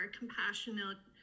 compassionate